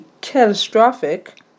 catastrophic